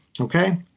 okay